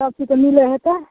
सब किछु मिले होयतै